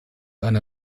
eine